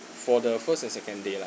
for the first and second day lah